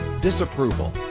disapproval